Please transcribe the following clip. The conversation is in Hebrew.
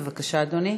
בבקשה, אדוני.